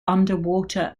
underwater